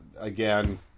again